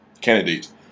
candidates